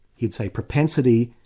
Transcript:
he'd say propensity,